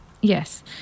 yes